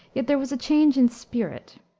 yet there was a change in spirit.